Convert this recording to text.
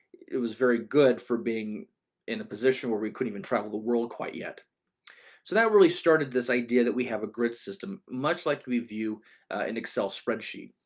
it was very good for being in a position where we couldn't even travel the world quite yet. so that really started this idea that we have a grid system much like we view an excel spreadsheet.